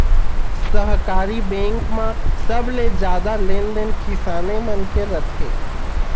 सहकारी बेंक म सबले जादा लेन देन किसाने मन के रथे